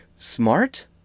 Smart